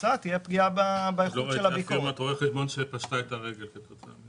והתיקון המוצע הזה בא פשוט לנטרל את הרכיב הזה בגילוי.